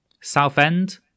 Southend